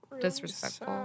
disrespectful